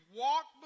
walk